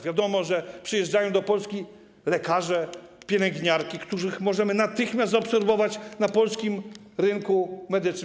Wiadomo, że przyjeżdżają do Polski lekarze, pielęgniarki, których możemy natychmiast zaabsorbować na polskim rynku medycznym.